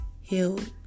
healed